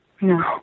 No